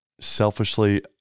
selfishly